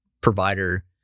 provider